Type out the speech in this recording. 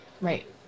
Right